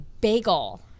bagel